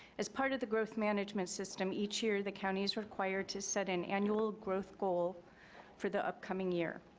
as part of the growth management system, each year the county's required to set an annual growth goal for the upcoming year.